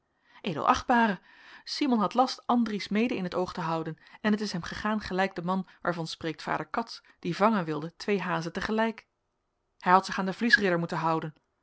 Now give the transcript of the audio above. ed achtb simon had last andries mede in het oog te houden en het is hem gegaan gelijk den man waarvan spreekt vader cats die vangen wilde twee hazen te gelijk hij had zich aan den vliesridder moeten houden